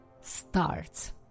starts